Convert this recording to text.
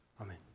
Amen